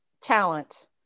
talent